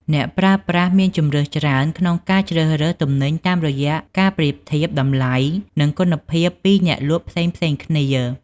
អ្នកប្រើប្រាស់មានជម្រើសច្រើនក្នុងការជ្រើសរើសទំនិញតាមរយៈការប្រៀបធៀបតម្លៃនិងគុណភាពពីអ្នកលក់ផ្សេងៗគ្នា។